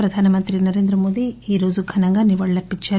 ప్రధానమంత్రి నరేంద్రమోదీ ఈరోజు ఘనంగా నివాళులర్పించారు